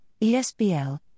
ESBL